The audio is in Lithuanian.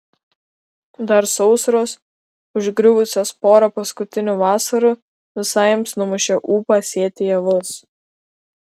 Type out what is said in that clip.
dar sausros užgriuvusios porą paskutinių vasarų visai jiems numušė ūpą sėti javus